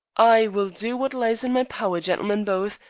i will do wot lies in my power, gentlemen both,